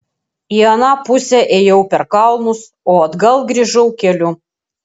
į aną pusę ėjau per kalnus o atgal grįžau keliu